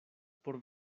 por